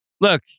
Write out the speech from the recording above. look